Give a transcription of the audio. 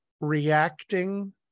reacting